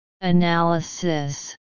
Analysis